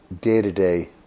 day-to-day